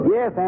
Yes